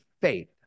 faith